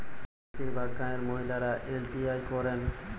বেশিরভাগ গাঁয়ের মহিলারা এল.টি.আই করেন